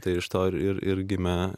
tai iš to ir ir gimė